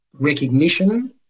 recognition